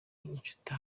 inshuti